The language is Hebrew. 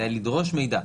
זה היה לדרוש מידע.